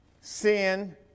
sin